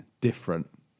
different